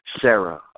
Sarah